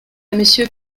monsieur